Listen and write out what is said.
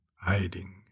hiding